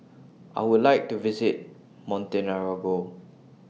I Would like to visit Montenegro